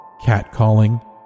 Catcalling